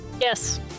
Yes